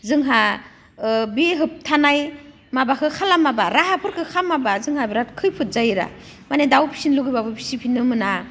जोंहा बे होब्थानाय माबाखौ खालामाबा राहाफोरखौ खालामाबा जोंहा बिराद खैफोद जायोरा माने दाउ फिसिनो लुबैबाबो फिसिफिननो मोना